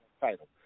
title